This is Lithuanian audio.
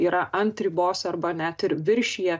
yra ant ribos arba net ir viršija